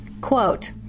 Quote